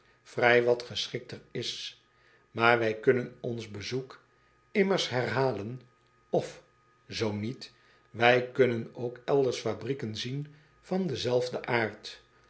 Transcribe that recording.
vrij wat geschikter is aar wij kunnen ons bezoek immers herhalen of zoo niet wij kunnen ook elders fabrieken zien van denzelfden aard